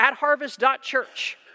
atharvest.church